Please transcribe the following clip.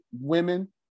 women